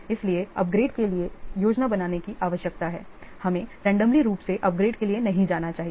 इसलिए अपग्रेड के लिए योजना बनाने की आवश्यकता है हमें रेंडमली रूप से अपग्रेड के लिए नहीं जाना चाहिए